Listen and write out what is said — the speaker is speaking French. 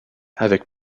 avec